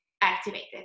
activated